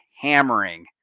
hammering